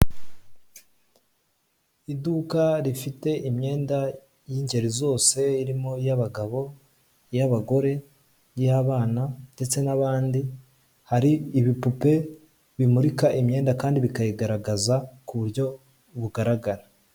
Iduka rifite imyenda y'ingeri zose irimo iy'abagabo, iy'abagore, iy'abana ndetse n'abandi. Hari ibipupe bimurika imyenda kandi bikayigaragaza ku buryo bugaragara.